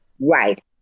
Right